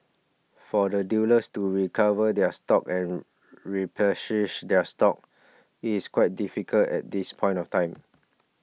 for the dealers to recover their stocks and replenish their stocks it is quite difficult at this point of time